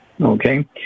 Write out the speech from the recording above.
okay